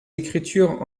écritures